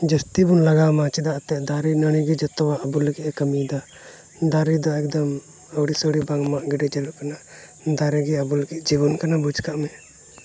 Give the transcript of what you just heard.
ᱡᱟᱹᱥᱛᱤ ᱵᱚᱱ ᱞᱟᱜᱟᱣ ᱢᱟ ᱪᱮᱫᱟᱜ ᱮᱱᱛᱮᱫ ᱫᱟᱨᱮᱼᱱᱟᱹᱲᱤ ᱜᱮ ᱡᱚᱛᱚᱣᱟᱜ ᱟᱵᱚ ᱞᱟᱹᱜᱤᱫ ᱮ ᱠᱟᱹᱢᱤᱭᱫᱟ ᱫᱟᱨᱮ ᱫᱚ ᱮᱠᱫᱚᱢ ᱟᱹᱣᱲᱤ ᱥᱟᱹᱲᱤ ᱵᱟᱝ ᱢᱟᱜ ᱜᱤᱰᱤ ᱡᱟᱹᱨᱩᱲ ᱠᱟᱱᱟ ᱫᱟᱨᱮ ᱜᱮ ᱟᱵᱚ ᱞᱟᱹᱜᱤᱫ ᱡᱤᱵᱚᱱ ᱠᱟᱱᱟ ᱵᱩᱡᱽ ᱠᱟᱜ ᱢᱮ